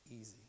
easy